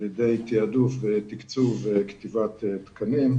על ידי תיעדוף ותקצוב וכתיבת תקנים,